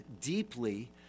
deeply